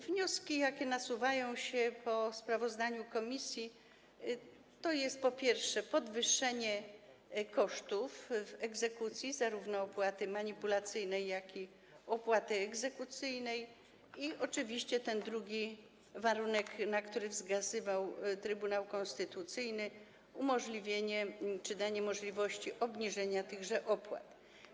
Wnioski, jakie nasuwają się po sprawozdaniu komisji, to, po pierwsze, podwyższenie kosztów w egzekucji, zarówno opłaty manipulacyjnej, jak i opłaty egzekucyjnej, i oczywiście ten drugi warunek, na który wskazywał Trybunał Konstytucyjny, umożliwienie czy danie możliwości obniżenia tychże opłat.